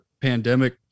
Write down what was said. pandemic